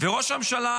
וראש הממשלה